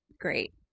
great